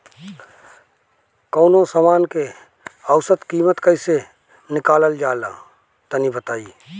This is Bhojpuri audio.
कवनो समान के औसत कीमत कैसे निकालल जा ला तनी बताई?